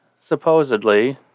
supposedly